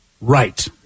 Right